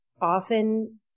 often